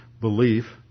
belief